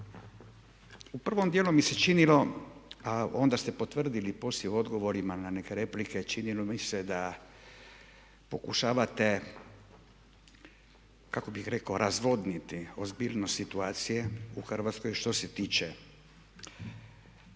U prvom djelu mi se činilo a onda ste potvrdili poslije odgovorima na neke replike. Čini mi se da pokušavate kako bih rekao razvodniti ozbiljnost situacije u Hrvatskoj što se tiče